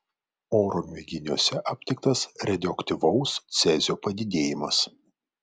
oro mėginiuose aptiktas radioaktyvaus cezio padidėjimas